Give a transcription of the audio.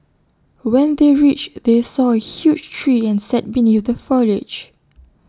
when they reached they saw A huge tree and sat beneath the foliage